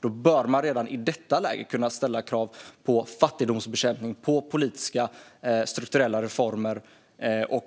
Då bör man redan i detta läge kunna ställa krav på fattigdomsbekämpning, på politiska strukturella reformer och